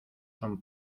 son